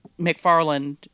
McFarland